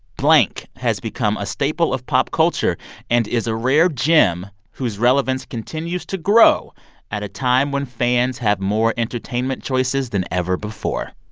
blank has become a staple of pop culture and is a rare gem whose relevance continues to grow at a time when fans have more entertainment choices than ever before